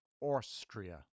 Austria